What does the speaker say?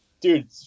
dude